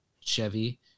Chevy